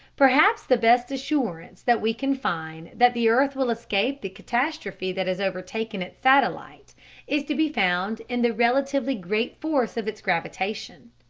perhaps the best assurance that we can find that the earth will escape the catastrophe that has overtaken its satellite is to be found in the relatively great force of its gravitation.